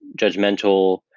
judgmental